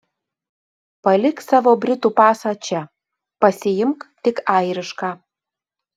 palik savo britų pasą čia pasiimk tik airišką